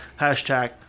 hashtag